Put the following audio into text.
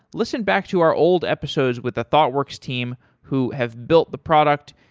listen back to our old episodes with the thoughtworks team who have built the product.